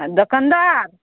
दोकनदार